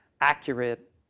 accurate